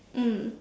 mm